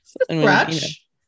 Scratch